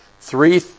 three